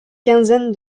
quinzaine